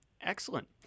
Excellent